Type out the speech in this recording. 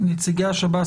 נציגי השב"ס,